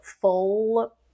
full